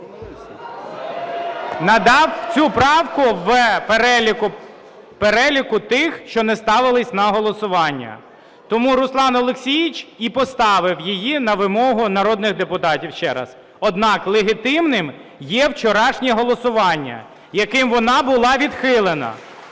надав цю правку в переліку тих, що не ставились на голосування. Тому Руслан Олексійович і поставив її на вимогу народних депутатів ще раз. Однак легітимним є вчорашнє голосування, яким вона була відхилена.